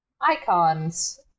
icons